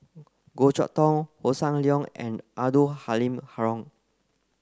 Goh Chok Tong Hossan Leong and Abdul Halim Haron